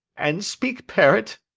and speak parrot?